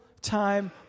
time